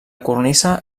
cornisa